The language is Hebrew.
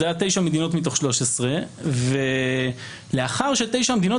אלה היו תשע מדינות מתוך 13. לאחר שתשע המדינות